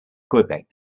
quebec